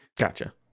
Gotcha